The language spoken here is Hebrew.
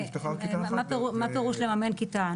מה פירוש לממן כיתה?